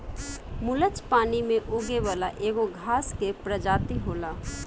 मुलच पानी में उगे वाला एगो घास के प्रजाति होला